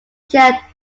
share